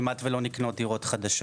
כמעט ולא נקנות דירות חדשות.